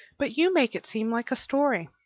but you make it seem like a story.